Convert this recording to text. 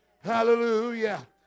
Hallelujah